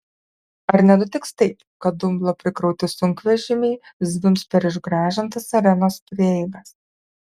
ar nenutiks taip kad dumblo prikrauti sunkvežimiai zvimbs per išgražintas arenos prieigas